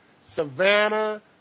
Savannah